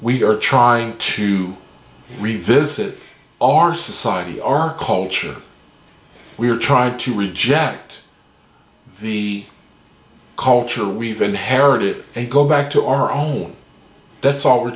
we are trying to revisit our society our culture we're tried to reject the culture we've inherited and go back to our all that's all we're